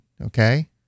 okay